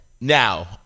Now